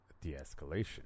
de-escalation